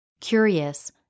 Curious